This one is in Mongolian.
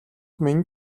минь